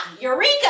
Eureka